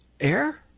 air